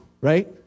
right